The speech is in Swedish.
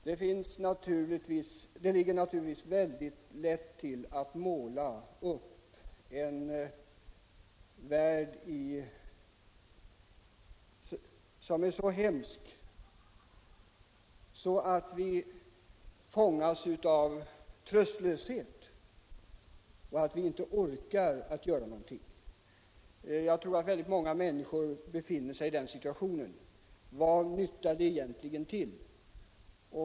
Det ligger naturligtvis nära till att måla upp en värld, som är så hemsk att vi fångas av tröstlösheten och inte orkar någonting. Väldigt många människor befinner sig i den situationen.